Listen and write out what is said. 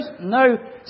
no